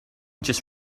just